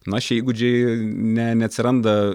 na šie įgūdžiai ne neatsiranda